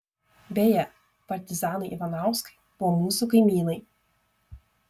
beje partizanai ivanauskai buvo mūsų kaimynai